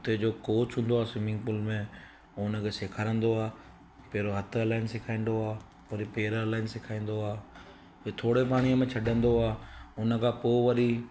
उतेजो coach हूंदो आहे swimming pool में उहो हुनखे सेखाररींदो आहे पहिरों हथ हलाराइण सेखारींदो आहे वरी पेर हलाराइण सेखारींदो आहे पोइ थोरे पाणीअ में छॾींदो आहे उनखां पोइ वरी